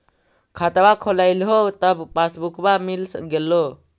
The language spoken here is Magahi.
खतवा खोलैलहो तव पसबुकवा मिल गेलो?